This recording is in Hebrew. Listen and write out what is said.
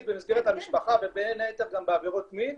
במסגרת המשפחה ובין היתר גם בעבירות מין